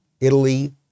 Italy